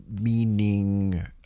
meaning